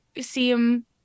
seem